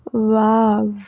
wow